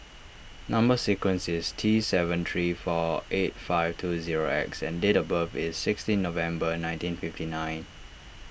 Number Sequence is T seven three four eight five two zero X and date of birth is sixteen November nineteen fifty nine